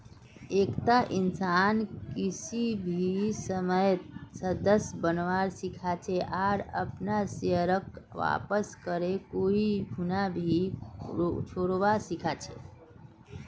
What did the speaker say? एकता इंसान किसी भी समयेत सदस्य बनवा सीखा छे आर अपनार शेयरक वापस करे कोई खूना भी छोरवा सीखा छै